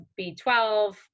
B12